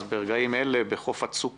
אז ברגעים אלה בחוף הצוק